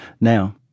Now